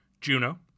juno